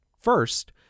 First